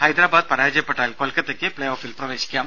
ഹൈദരാബാദ് പരാജയപ്പെട്ടാൽ കൊൽക്കത്തയ്ക്ക് പ്പേ ഓഫിൽ പ്രവേശിക്കാം